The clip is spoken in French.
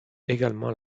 également